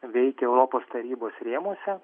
veikia europos tarybos rėmuose